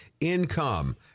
Income